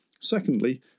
Secondly